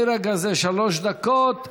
מרגע זה שלוש דקות,